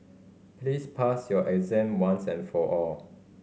please pass your exam once and for all